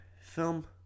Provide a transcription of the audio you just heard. film